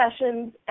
sessions